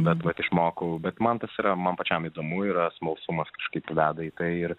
net mat išmokau bet mantas yra man pačiam įdomu yra smalsumas kažkaip veda į ką ir